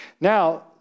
Now